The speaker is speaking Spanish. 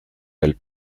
del